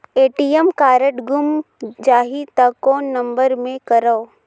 ATM card गुम जाही त कौन नम्बर मे करव?